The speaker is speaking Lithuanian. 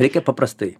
reikia paprastai